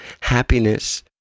happiness